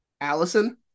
Allison